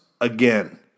again